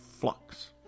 flux